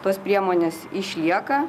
tos priemonės išlieka